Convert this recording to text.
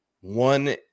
one